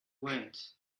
wind